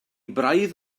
braidd